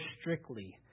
strictly